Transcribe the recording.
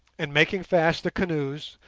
and, making fast the canoes,